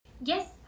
Yes